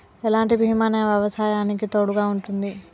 ఎలాంటి బీమా నా వ్యవసాయానికి తోడుగా ఉంటుంది?